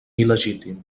il·legítim